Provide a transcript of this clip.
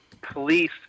police